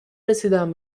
رسیدم